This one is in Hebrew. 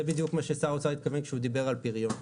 זה בדיוק מה ששר האוצר התכוון כשהוא דיבר על פריון.